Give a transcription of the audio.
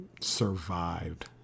Survived